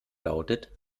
lautet